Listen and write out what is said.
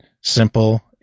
simple